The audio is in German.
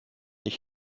ich